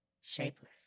Shapeless